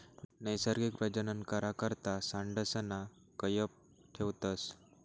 नैसर्गिक प्रजनन करा करता सांडसना कयप ठेवतस